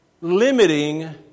limiting